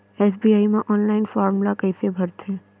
SBI म online form ल कइसे भरथे?